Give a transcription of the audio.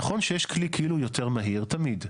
נכון שיש כלי כאילו יותר מהיר תמיד,